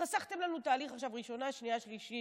חסכתם לנו עכשיו תהליך של ראשונה, שנייה ושלישית.